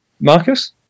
Marcus